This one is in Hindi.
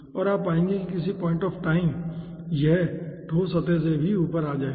और आप पाएंगे कि किसी पॉइंट ऑफ़ टाइम यह ठोस सतह से भी ऊपर आ जाएगा